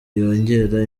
yongera